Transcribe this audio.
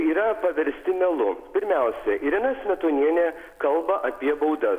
yra paversti melu pirmiausia irena smetonienė kalba apie baudas